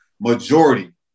majority